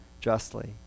justly